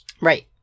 Right